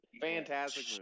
Fantastic